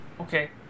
Okay